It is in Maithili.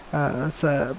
सभ